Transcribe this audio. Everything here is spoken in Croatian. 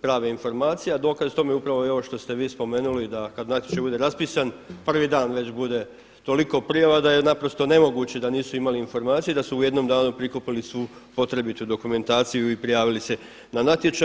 prave informacije a dokaz tome upravo je i ovo što ste vi spomenuli da kada natječaj bude raspisan prvi dan već bude toliko prijava da je naprosto nemoguće da nisu imali informacije i da su u jednom danu prikupili svu potrebitu dokumentaciju i prijavili se na natječaj.